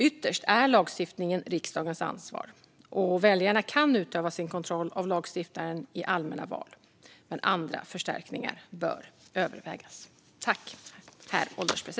Ytterst är lagstiftningen riksdagens ansvar, och väljarna kan utöva sin kontroll av lagstiftaren i allmänna val. Men andra förstärkningar bör övervägas.